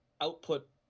output